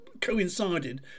coincided